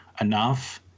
enough